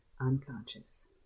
unconscious